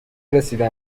رسیده